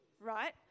right